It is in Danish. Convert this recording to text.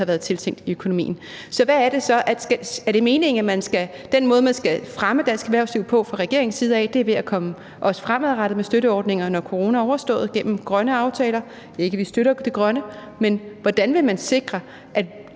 havde været tiltænkt i økonomien. Er det meningen, at den måde, man skal fremme dansk erhvervsliv på fra regeringens side, også fremadrettet er at komme med støtteordninger, når corona er overstået, gennem grønne aftaler? Ikke, at vi ikke støtter det grønne, men hvordan vil man sikre, at